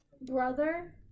brother